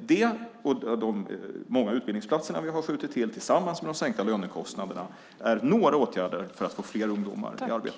Det och de många utbildningsplatserna vi har skjutit till tillsammans med de sänkta lönekostnaderna är några åtgärder för att få fler ungdomar i arbete.